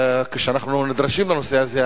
כשאנחנו נדרשים לנושא הזה,